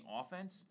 offense